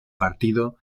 partido